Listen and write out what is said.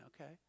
okay